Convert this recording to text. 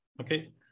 okay